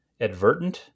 advertent